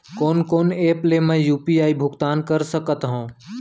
कोन कोन एप ले मैं यू.पी.आई भुगतान कर सकत हओं?